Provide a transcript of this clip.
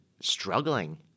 struggling